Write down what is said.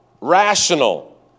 rational